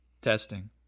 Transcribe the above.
testing